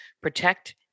protect